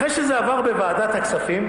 אחרי שזה עבר בוועדת הכספים,